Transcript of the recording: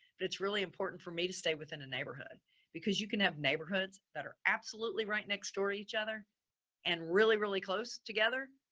but it's really important for me to stay within a neighborhood because you can have neighborhoods that are absolutely right next door, each other and really, really close together.